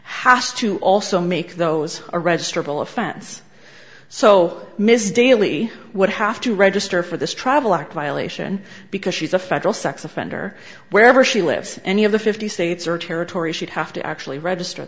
has to also make those a registerable offense so mrs daly would have to register for this travel violation because she's a federal sex offender wherever she lives any of the fifty states or territories she'd have to actually register